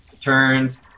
Turns